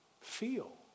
feel